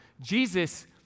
Jesus